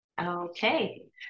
Okay